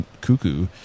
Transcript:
cuckoo